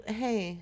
hey